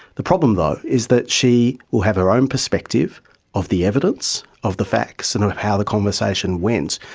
the problem, though, is that she will have her own perspective of the evidence, of the facts, and of how the conversation went,